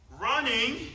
Running